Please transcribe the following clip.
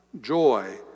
Joy